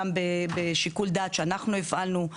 גם בשיקול דעת שאנחנו הפעלנו.